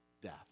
death